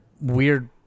weird